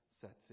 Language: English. sets